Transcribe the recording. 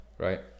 Right